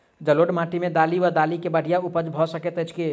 जलोढ़ माटि मे दालि वा दालि केँ बढ़िया उपज भऽ सकैत अछि की?